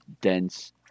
dense